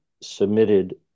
submitted